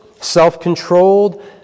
self-controlled